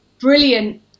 brilliant